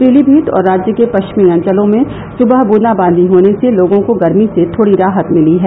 पीलीभीत और राज्य के पश्चिमी अंचलों में सुबह बूंदाबांदी होने से लोगों को गर्मी से थोड़ी राहत मिली है